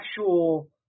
actual